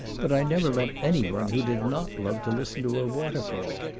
but i never met any one who did not love to listen to a waterfall.